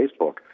Facebook